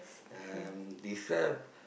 um describe